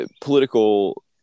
political